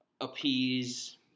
appease